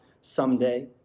someday